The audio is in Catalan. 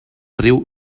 riu